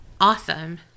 Awesome